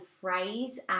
phrase